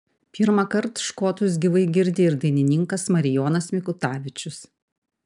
pirmąkart škotus gyvai girdi ir dainininkas marijonas mikutavičius